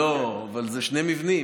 לא, אבל זה שני מבנים.